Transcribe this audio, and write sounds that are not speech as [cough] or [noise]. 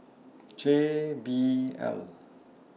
[noise] J B L